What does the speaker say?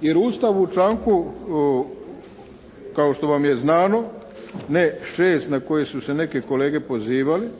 jer u Ustavu u članku kao što vam je znano, ne 6. na kojeg su se neke kolege pozivale